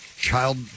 Child